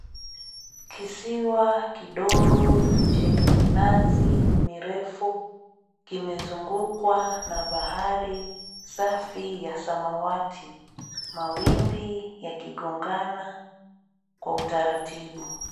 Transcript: Kisiwa kidoo chenye minazi mirefu kimezungukwa na bahari safi ya samawati mawimbi yaki gongana kwa utaratibu.